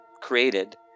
created